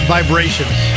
Vibrations